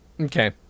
Okay